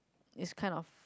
it's kind of